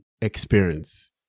experience